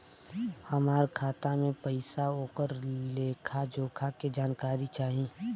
हमार खाता में पैसा ओकर लेखा जोखा के जानकारी चाही?